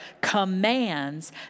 commands